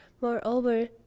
moreover